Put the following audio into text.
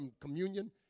communion